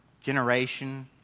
Generation